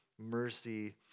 mercy